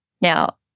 Now